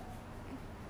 okay alright